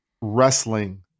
wrestling